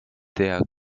der